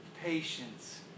patience